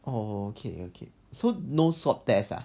oh okay okay so no swab test ah